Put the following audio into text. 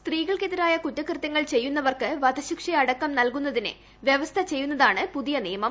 സ്ത്രീകൾക്കെതിരായ കുറ്റകൃതൃങ്ങൾ ചെയ്യുന്നവർക്ക് വധശിക്ഷ അടക്കം നൽകുന്നതിന് വ്യവസ്ഥ ചെയ്യുന്നതാണ് പുതിയ നിയമം